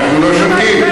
אנחנו לא שותקים.